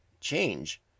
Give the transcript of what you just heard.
change